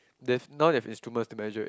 they've now they've instruments to measure it